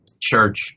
church